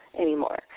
anymore